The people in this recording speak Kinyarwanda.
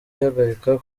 ihagarikwa